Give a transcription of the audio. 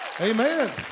Amen